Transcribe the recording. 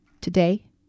today